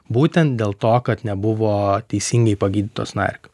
būtent dėl to kad nebuvo teisingai pagydytos nuo erkių